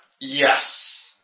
Yes